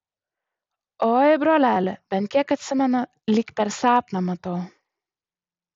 oi broleli bent kiek atsimenu lyg per sapną matau